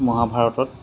মহাভাৰতত